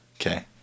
Okay